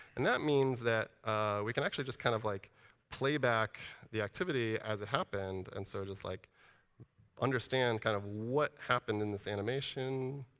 and that means that we can actually just kind of like play back the activity as it happened, and so like understand kind of what happened in this animation,